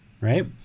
right